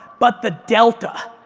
but the delta,